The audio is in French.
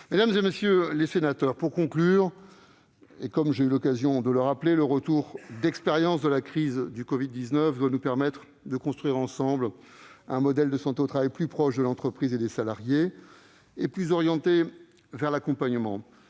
sur le sujet a été rappelé. Pour conclure, comme j'ai déjà eu l'occasion de le rappeler, le retour d'expérience de la crise du covid-19 doit nous permettre de construire ensemble un modèle de santé au travail plus proche de l'entreprise et des salariés et plus orienté vers l'accompagnement